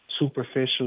superficial